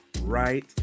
right